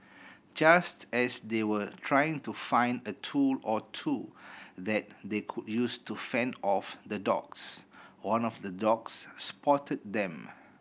just as they were trying to find a tool or two that they could use to fend off the dogs one of the dogs spotted them